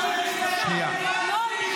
אני מנסה לסמן לך שהיא לא נכנסה בהצבעה.